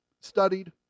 studied